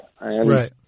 right